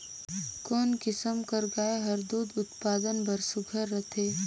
कोन किसम कर गाय हर दूध उत्पादन बर सुघ्घर रथे?